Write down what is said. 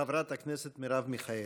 חברת הכנסת מרב מיכאלי.